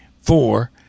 four